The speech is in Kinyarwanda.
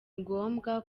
ngombwa